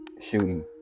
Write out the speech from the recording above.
shooting